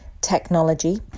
technology